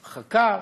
חקר.